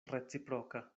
reciproka